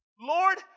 Lord